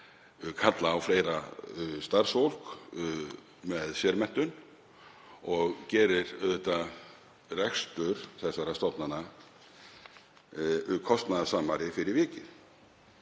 kallar á fleira starfsfólk með sérmenntun og gerir rekstur þessara stofnana kostnaðarsamari fyrir vikið.